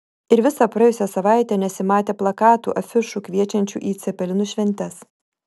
ir visą praėjusią savaitę nesimatė plakatų afišų kviečiančių į cepelinų šventes